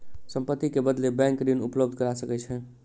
संपत्ति के बदले बैंक ऋण उपलब्ध करा सकै छै